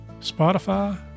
Spotify